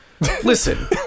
Listen